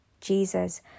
Jesus